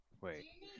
wait